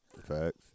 Facts